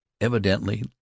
evidently